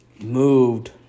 moved